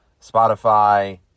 Spotify